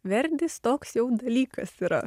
verdis toks jau dalykas yra